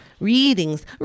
readings